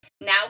now